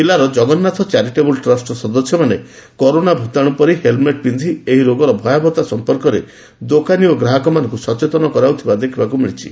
ଜିଲ୍ଲାର ଜଗନ୍ନାଥ ଚାରିଟେବ୍ରଲ ଟ୍ରଷ୍ଟର ସଦସ୍ୟମାନେ କରୋନା ଭ୍ତାଣ୍ ପରି ହେଲମେଟ୍ ପିବ୍ବି ଏହି ରୋଗର ଭୟବହତା ସମ୍ପର୍କରେ ଦୋକାନୀ ଓ ଗ୍ରାହକମାନଙ୍କ ସଚେତନତା କରାଉଥିବା ଦେଖିବାକୁ ମିଳିଛି